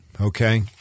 okay